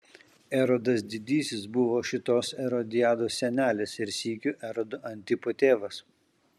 erodas didysis buvo šitos erodiados senelis ir sykiu erodo antipo tėvas